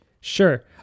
sure